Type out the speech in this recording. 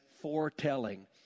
foretelling